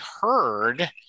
heard